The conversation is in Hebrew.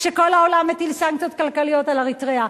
כשכל העולם מטיל סנקציות כלכליות על אריתריאה.